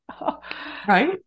right